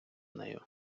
нею